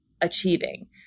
achieving